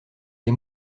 des